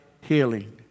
healing